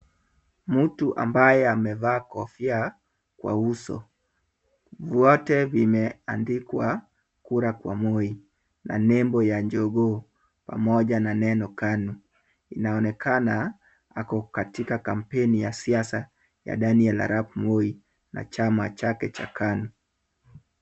Mtuu ambaye amevaa kofia kwa uso . Wote vimeandikwa kura kwa Moi na nembo ya jogoo pamoja na neno KANU. Inaonekana ako katika kampeni ya siasa ya Daniel Arap Moi na chama chake cha KANU.